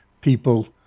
people